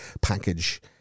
package